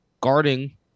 guarding